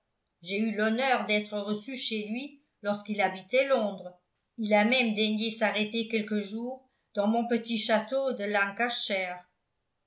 j'ai eu l'honneur d'être reçu chez lui lorsqu'il habitait londres il a même daigné s'arrêter quelques jours dans mon petit château de